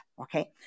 okay